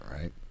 Right